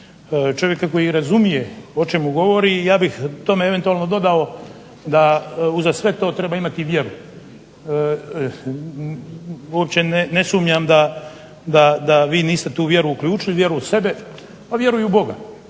čovjeka koji razumije o čemu govori. I ja bih tome eventualno dodao da uza sve to treba imati vjeru. Uopće ne sumnjam da vi niste tu vjeru uključili, vjeru u sebe, a vjeru i u Boga.